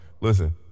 Listen